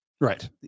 Right